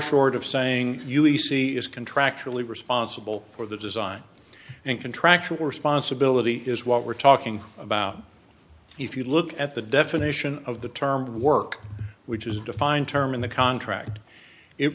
short of saying u e c is contractually responsible for the design and contractual responsibility is what we're talking about if you look at the definition of the term work which is defined term in the contract it